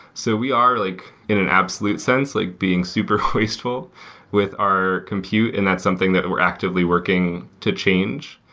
so we are, like in an absolute sense, like being super wasteful with our compute and that's something that we're actively working to change.